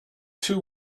two